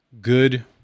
good